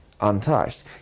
untouched